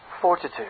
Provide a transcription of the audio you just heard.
fortitude